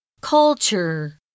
Culture